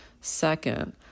Second